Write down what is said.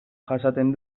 jasaten